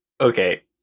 Okay